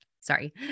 sorry